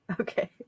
Okay